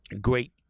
great